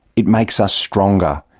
it makes us stronger.